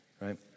right